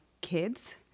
kids